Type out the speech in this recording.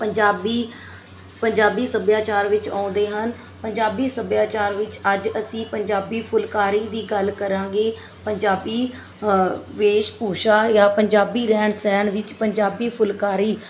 ਪੰਜਾਬੀ ਪੰਜਾਬੀ ਸੱਭਿਆਚਾਰ ਵਿੱਚ ਆਉਂਦੇ ਹਨ ਪੰਜਾਬੀ ਸੱਭਿਆਚਾਰ ਵਿੱਚ ਅੱਜ ਅਸੀਂ ਪੰਜਾਬੀ ਫੁੱਲਕਾਰੀ ਦੀ ਗੱਲ ਕਰਾਂਗੇ ਪੰਜਾਬੀ ਵੇਸ਼ਭੁਸ਼ਾ ਜਾਂ ਪੰਜਾਬੀ ਰਹਿਣ ਸਹਿਣ ਵਿੱਚ ਪੰਜਾਬੀ ਫੁੱਲਕਾਰੀ